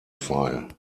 file